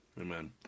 Amen